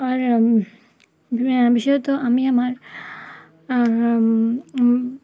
আর বিশেষত আমি আমার